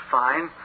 fine